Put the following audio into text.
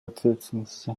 ответственности